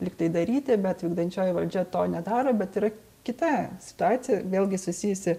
lygtai daryti bet vykdančioji valdžia to nedaro bet yra kita situacija vėlgi susijusi